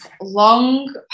long